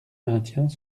maintient